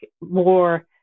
more